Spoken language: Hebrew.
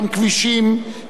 כלכלה אחת,